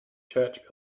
church